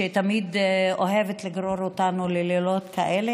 שתמיד אוהבת לגרור אותנו ללילות כאלה,